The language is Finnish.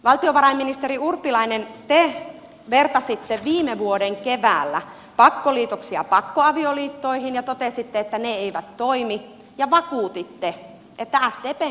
valtiovarainministeri urpilainen te vertasitte viime vuoden keväällä pakkoliitoksia pakko avioliittoihin ja totesitte että ne eivät toimi ja vakuutitte että sdpn kanta ei muutu